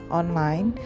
online